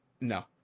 No